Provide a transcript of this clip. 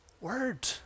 Word